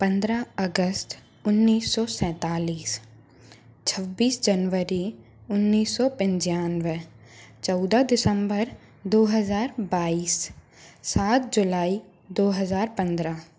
पंद्रह अगस्त उन्नीस सौ सैंतालीस छब्बीस जनवरी उन्नीस सौ पंचानवे चौदह दिसम्बर दो हज़ार बाइस सात जुलाई दो हज़ार पंद्रह